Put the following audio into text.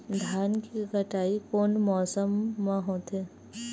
धान के कटाई कोन मौसम मा होथे?